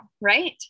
right